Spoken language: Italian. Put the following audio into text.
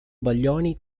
baglioni